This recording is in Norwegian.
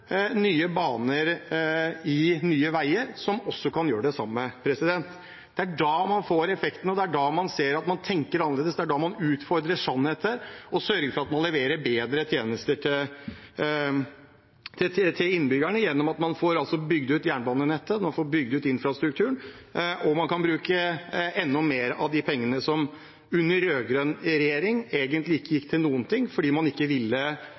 Nye Baner i Nye Veier, som også kan gjøre det samme. Det er da man får effekten, og det er da men ser at man tenker annerledes. Det er da man utfordrer sannheter og sørger for at man leverer bedre tjenester til innbyggerne gjennom at man får bygd ut jernbanenettet og infrastrukturen, og man kan bruke enda mer av de pengene som under rød-grønn regjering egentlig ikke gikk til noen ting – fordi man ikke ville